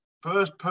first